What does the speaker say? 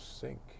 sink